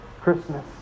Christmas